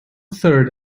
third